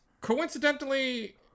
coincidentally